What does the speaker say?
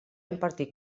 impartir